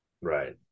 Right